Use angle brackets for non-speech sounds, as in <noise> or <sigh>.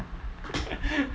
<laughs>